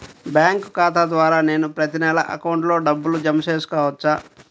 Bank ఖాతా ద్వారా నేను ప్రతి నెల అకౌంట్లో డబ్బులు జమ చేసుకోవచ్చా?